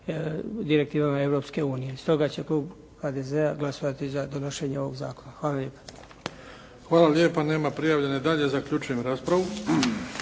direktivama Europske unije. Stoga će klub HDZ-a glasovati za donošenje ovog zakona. Hvala lijepa. **Bebić, Luka (HDZ)** Hvala lijepa. Nema prijavljenih dalje. Zaključujem raspravu.